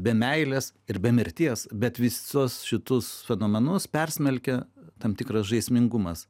be meilės ir be mirties bet visus šitus fenomenus persmelkia tam tikras žaismingumas